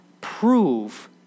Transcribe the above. prove